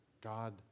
God